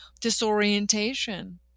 disorientation